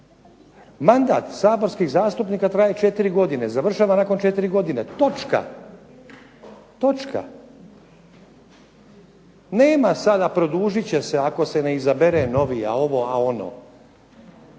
Mandat saborskih zastupnika traje 4 godine, završava nakon 4 godine – točka. Nema sada produžit će se ako se ne izabere, a ovo, a ono.